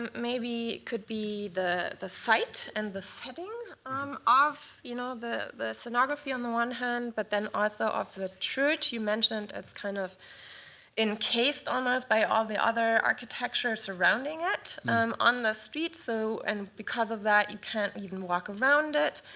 maybe, could be the the site and this heading um of you know the the stenography on the one hand, but then also of the the church. you mentioned that's kind of encased um ah by all the other architecture surrounding it on the street. so and and because of that, you can't even walk around it.